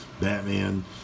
Batman